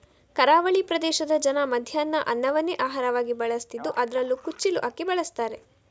ಕರಾವಳಿ ಪ್ರದೇಶದ ಜನ ಮಧ್ಯಾಹ್ನ ಅನ್ನವನ್ನೇ ಆಹಾರವಾಗಿ ಬಳಸ್ತಿದ್ದು ಅದ್ರಲ್ಲೂ ಕುಚ್ಚಿಲು ಅಕ್ಕಿ ಬಳಸ್ತಾರೆ